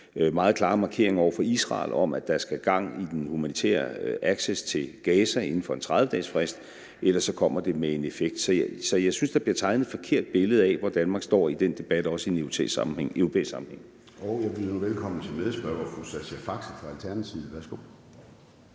meget klare markering over for Israel, om, at der skal gang i den humanitære access til Gaza inden for en 30-dagesfrist; ellers kommer det med en effekt. Så jeg synes, der bliver tegnet et forkert billede af, hvor Danmark står i den debat, også i en europæisk sammenhæng. Kl. 13:22 Formanden (Søren Gade): Jeg byder nu velkommen til medspørger fru Sascha Faxe fra Alternativet. Værsgo.